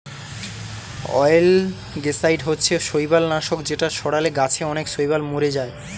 অয়েলগেসাইড হচ্ছে শৈবাল নাশক যেটা ছড়ালে গাছে অনেক শৈবাল মোরে যায়